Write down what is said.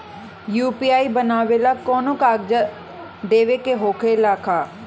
UPI बनावेला कौनो कागजात देवे के होखेला का?